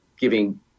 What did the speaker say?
giving